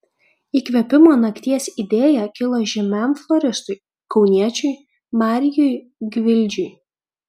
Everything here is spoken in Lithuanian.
įkvėpimo nakties idėja kilo žymiam floristui kauniečiui marijui gvildžiui